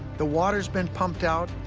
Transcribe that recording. the water's been pumped out,